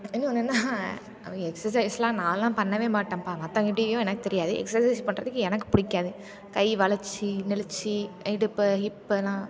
இன்னும் என்னென்னா அதும் எக்ஸசைஸ்லாம் நான்லாம் பண்ணவே மாட்டேன்ப்பா மற்றவங்க எப்படியோ எனக்கு தெரியாது எக்ஸசைஸ் பண்ணுறதுக்கு எனக்கு பிடிக்காது கை வளைச்சி நெளிச்சு இடுப்பு ஹிப்பெல்லாம்